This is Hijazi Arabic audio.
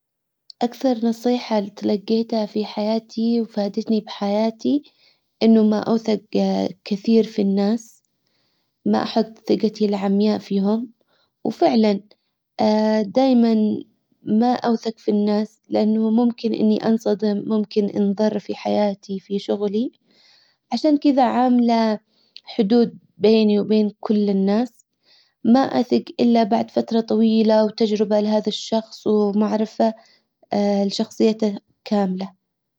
اكثر نصيحة اللي تلجيتها في حياتي وفادتني بحياتي انه ما أوثق كثير في الناس ما احط ثقتي العمياء فيهم وفعلا دايما ما أوثق في الناس لانه ممكن إني أنصدم ممكن إنضر في حياتي في شغلي عشان كدا عاملة حدود بيني وبين كل الناس ما أثق الا بعد فترة طويلة وتجربة لهذا الشخص ومعرفة لشخصيته كاملة